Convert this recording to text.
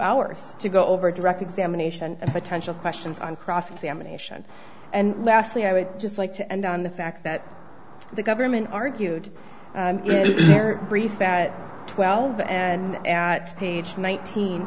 hours to go over direct examination of potential questions on cross examination and lastly i would just like to end on the fact that the government argued their brief at twelve and at page nineteen